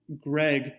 Greg